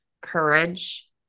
courage